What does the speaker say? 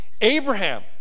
Abraham